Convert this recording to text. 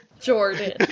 Jordan